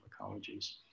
ecologies